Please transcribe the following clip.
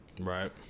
Right